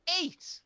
Eight